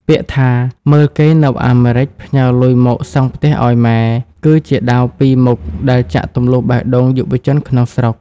ពាក្យថា "មើលគេនៅអាមេរិកផ្ញើលុយមកសង់ផ្ទះឱ្យម៉ែ" គឺជាដាវពីរមុខដែលចាក់ទម្លុះបេះដូងយុវជនក្នុងស្រុក។